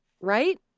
right